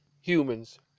human's